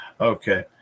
okay